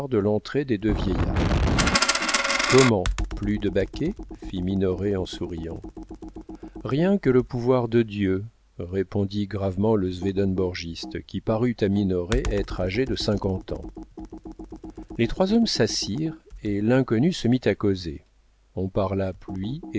de l'entrée des deux vieillards comment plus de baquets fit minoret en souriant rien que le pouvoir de dieu répondit gravement le swedenborgiste qui parut à minoret être âgé de cinquante ans les trois hommes s'assirent et l'inconnu se mit à causer on parla pluie